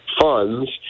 funds